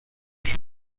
sus